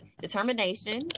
Determination